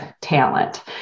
talent